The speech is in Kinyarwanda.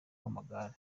w’amagare